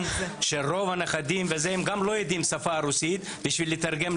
שרוב הנכדים וכל זה לא יודעים רוסית בשביל לתרגם,